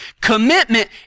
Commitment